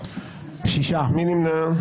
מי נמנע?